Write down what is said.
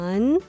One